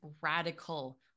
radical